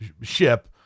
ship